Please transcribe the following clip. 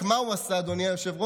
רק מה הוא עשה, אדוני היושב-ראש?